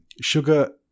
Sugar